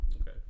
Okay